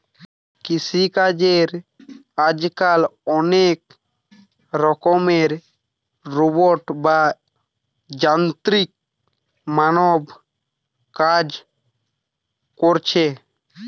কৃষি চাষে আজকাল অনেক রকমের রোবট বা যান্ত্রিক মানব কাজ কোরছে